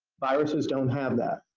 viruses don't have that.